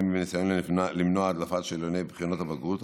בניסיון למנוע הדלפת שאלוני בחינות הבגרות.